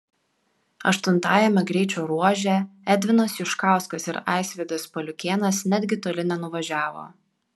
aštuntajame greičio ruože edvinas juškauskas ir aisvydas paliukėnas netgi toli nenuvažiavo